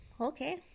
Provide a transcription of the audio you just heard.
okay